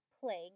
plague